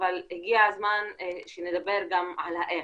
אבל הגיע הזמן שנדבר גם על האיך,